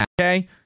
Okay